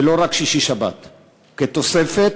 ולא רק שישי-שבת כתוספת,